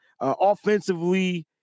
Offensively